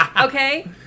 Okay